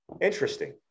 interesting